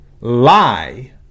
lie